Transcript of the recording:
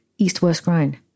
EastWestGrind